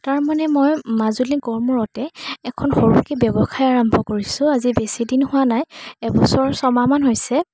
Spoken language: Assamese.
তাৰমানে মই মাজুলী গড়মূৰতে এখন সৰুকে ব্যৱসায় আৰম্ভ কৰিছোঁ আজি বেছিদিন হোৱা নাই এবছৰ ছমাহমান হৈছে